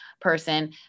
person